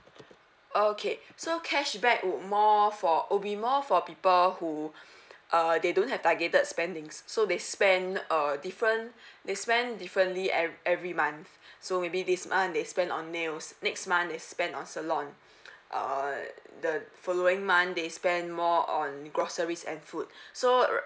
okay so cashback would more for will be more for people who err they don't have targeted spending's so they spend err different they spent differently eve~ every month so maybe this month they spend on nails next month they spend on salon err the following month they spend more on groceries and food so